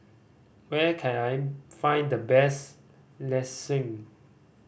where can I find the best Lasagne